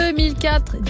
2004